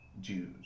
Jews